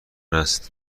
است